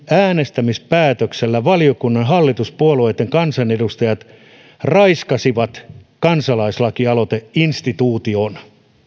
äänestämispäätöksellä valiokunnan hallituspuolueitten kansanedustajat raiskasivat kansalaislakialoiteinstituution